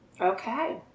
Okay